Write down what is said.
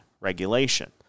regulation